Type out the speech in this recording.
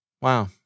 Wow